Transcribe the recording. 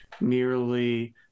merely—